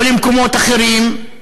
לא למקומות אחרים,